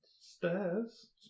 stairs